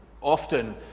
often